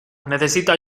necesito